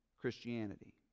Christianity